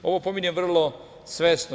Ovo pominjem vrlo svesno.